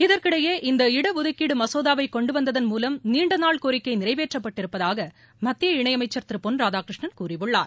இதற்கிடையே இந்த இடஒதுக்கீடு மசோதாவை கொண்டு வந்ததன் மூலம் நீண்ட நாள் கோரிக்கை நிறைவேற்றப்பட்டிருப்பதாக மத்திய இணை அமைச்சர் திரு பொன் ராதாகிருஷ்ணன் கூறியுள்ளார்